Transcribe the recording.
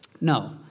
No